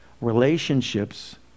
relationships